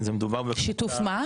מדובר בקבוצה